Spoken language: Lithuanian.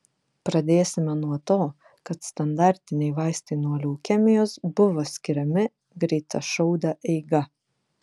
pradėsime nuo to kad standartiniai vaistai nuo leukemijos buvo skiriami greitašaude eiga